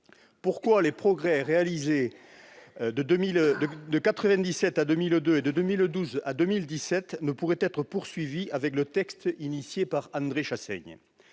Pourquoi les progrès réalisés de 1997 à 2002, et de 2012 à 2017, ne pourraient-ils pas être poursuivis avec le texte porté par André Chassaigne ?